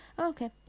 okay